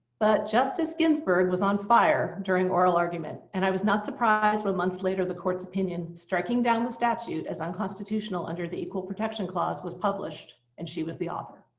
but justice ginsburg was on fire during oral argument. and i was not surprised when months later the court's opinion, striking down the statute as unconstitutional under the equal protection clause, was published and she was the author.